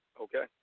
okay